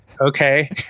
Okay